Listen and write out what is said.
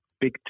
big